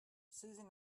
susan